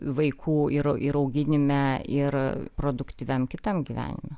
vaikų ir ir auginime ir produktyviam kitam gyvenime